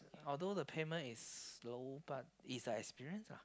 although the payment is slow but it's the experience lah